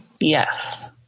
Yes